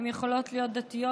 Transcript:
הן יכולות להיות דתיות,